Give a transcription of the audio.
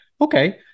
Okay